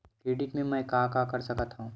Credit ले मैं का का कर सकत हंव?